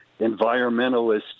environmentalists